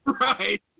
Right